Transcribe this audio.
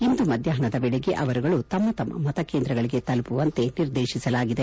ಇಂದು ಮದ್ಕಾಹ್ನದ ವೇಳೆಗೆ ಅವರುಗಳು ತಮ್ಮ ತಮ್ಮ ಮತಕೇಂದ್ರಗಳಿಗೆ ತಲುಪುವಂತೆ ನಿರ್ದೇಶಿಸಲಾಗಿದೆ